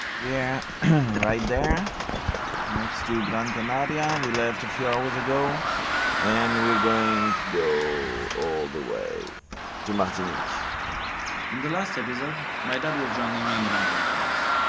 we're yeah right there next to gran canaria, we left a few hours ago and we're going to go all the way to martinique in the last episode my dad was joining me in gran canarias,